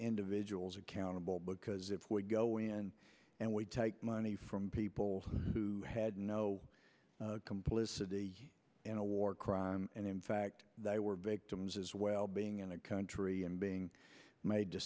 individuals accountable because if we go in and we take money from people who had no complicity in a war crime and in fact they were victims as well being in a country and being made to